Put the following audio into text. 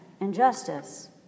injustice